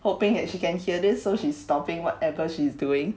hoping that she can hear this so she's stopping whatever she's doing